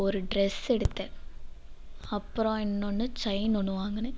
ஒரு ட்ரெஸ் எடுத்தேன் அப்புறம் இன்னொன்று செயின் ஒன்று வாங்கினேன்